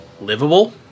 livable